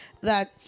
that-